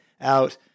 out